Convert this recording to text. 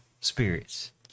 spirits